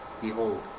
Behold